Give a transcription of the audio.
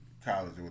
College